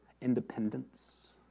independence